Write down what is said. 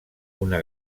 una